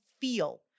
feel